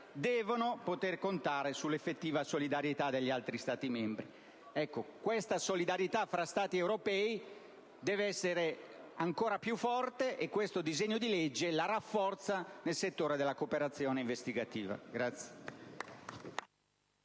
devono poter contare sull'effettiva solidarietà degli altri Stati membri». La solidarietà tra Stati europei deve essere dunque ancora più forte, e questo disegno di legge la rafforza nel settore della cooperazione investigativa.